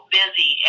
busy